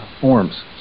forms